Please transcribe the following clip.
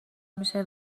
میشه